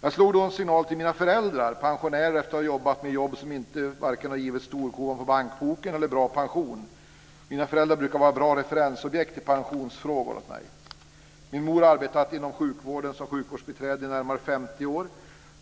Jag slog då en signal till mina föräldrar, pensionärer efter att ha haft ett jobb som varken har givit storkovan på bankboken eller bra pension. Mina föräldrar brukar vara referensobjekt i pensionsfrågor åt mig. Min mor har arbetat inom sjukvården som sjukvårdsbiträde närmare 50 år,